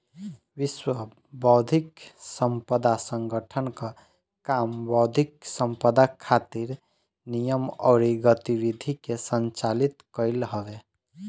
विश्व बौद्धिक संपदा संगठन कअ काम बौद्धिक संपदा खातिर नियम अउरी गतिविधि के संचालित कईल हवे